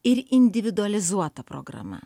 ir individualizuota programa